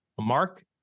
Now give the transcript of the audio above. Mark